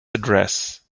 address